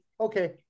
okay